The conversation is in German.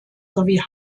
sowie